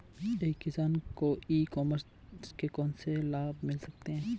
एक किसान को ई कॉमर्स के कौनसे लाभ मिल सकते हैं?